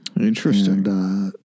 Interesting